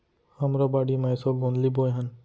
हमरो बाड़ी म एसो गोंदली बोए हन